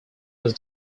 was